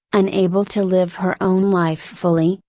unable to live her own life fully,